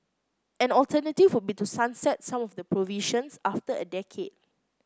an alternative would be to sunset some of the provisions after a decade